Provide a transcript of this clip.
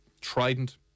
Trident